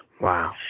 Wow